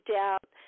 doubt